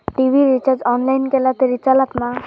TV recharge online केला तरी चलात मा?